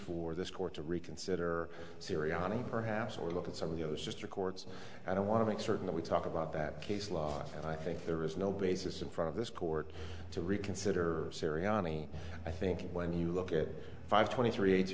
for this court to reconsider syriani perhaps or look at some of the others just records i don't want to make certain that we talk about that case law and i think there is no basis in front of this court to reconsider syriani i think when you look at five twenty three a